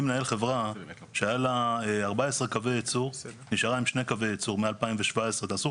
גם לאון פז וגם רזפול וגם ספק נוסף של הרשתות הגדולות,